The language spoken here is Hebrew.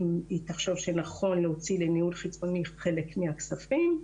אם היא תחשוב שנכון להוציא לניהול חיצוני חלק מהכספים,